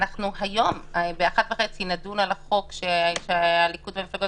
היום ב-13.30 אנחנו נדון בחוק שהליכוד והמפלגות